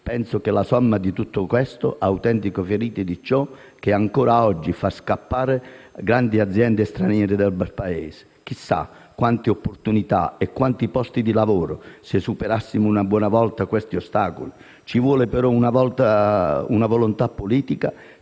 penso che la somma di tutte queste autentiche ferite sia ciò che ancora oggi fa scappare le grande aziende straniere dal bel Paese. Chissà quante opportunità e quanti posti di lavoro avremmo se superassimo una buona volta questi ostacoli. Ci vuole, però, una volontà politica